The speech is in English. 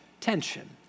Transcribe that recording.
tension